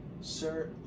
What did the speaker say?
sir